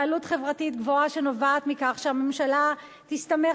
ועלות חברתית גבוהה שנובעת מכך שהממשלה תסתמך